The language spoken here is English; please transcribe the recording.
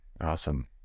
Awesome